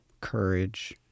courage